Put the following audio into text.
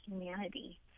humanity